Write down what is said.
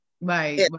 Right